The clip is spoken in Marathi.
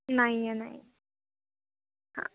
नाही आहे नाही हां